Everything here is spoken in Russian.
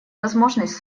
возможность